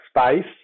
space